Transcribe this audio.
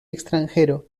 extranjero